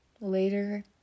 later